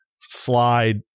slide